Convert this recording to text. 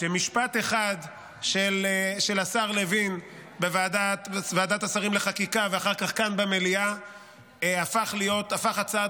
משפט אחד של השר לוין בוועדת השרים לחקיקה ואחר כך כאן במליאה הפך הצעת